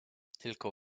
tylko